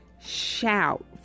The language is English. shout